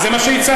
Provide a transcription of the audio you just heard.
אז זה מה שהצעתי.